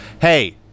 Hey